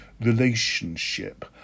relationship